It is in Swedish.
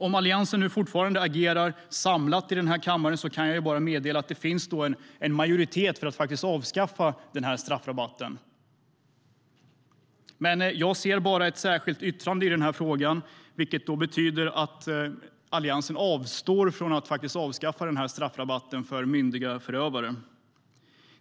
Om Alliansen nu fortfarande agerar samlat kan jag bara meddela att det då finns en majoritet i riksdagen för att avskaffa straffrabatten. Men jag ser bara ett särskilt yttrande i frågan, vilket betyder att Alliansen avstår från att avskaffa straffrabatten för myndiga förövare.